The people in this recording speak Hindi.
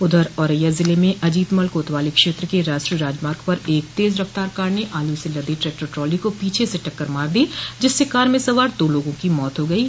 उघर औरैया जिले में अजीतमल कोतवाली क्षेत्र के राष्ट्रीय राजमार्ग पर एक तेज रफ्तार कार ने आलू से लदे ट्रैक्टर ट्राली को पीछे से टक्कर मार दी जिससे कार में सवार दो लोगों की मौत हो गयी